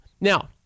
Now